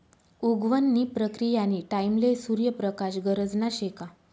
उगवण नी प्रक्रीयानी टाईमले सूर्य प्रकाश गरजना शे का